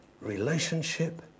relationship